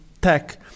tech